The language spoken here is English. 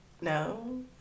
no